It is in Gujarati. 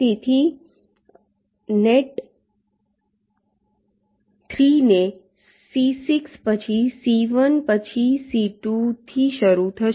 તેથી નેટ 3 એ C6 પછી C1 પછી C2 થી શરૂ થશે